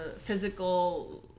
physical